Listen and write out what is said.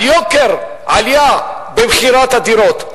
על העלייה במחירי הדירות.